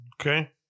Okay